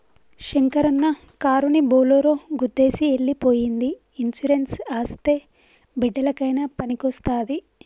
శంకరన్న కారుని బోలోరో గుద్దేసి ఎల్లి పోయ్యింది ఇన్సూరెన్స్ అస్తే బిడ్డలకయినా పనికొస్తాది